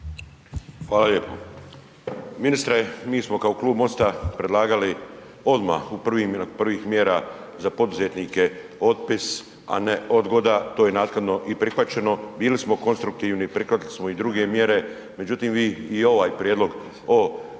Hvala lijepo. Ministre mi smo kao Klub MOST-a predlagali odmah u prvih mjera za poduzetnike otpis, a ne odgoda, to je naknadno i prihvaćeno, bili smo konstruktivni, prihvatili smo i druge mjere, međutim vi i ovaj prijedlog o